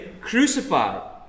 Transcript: crucified